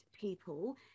people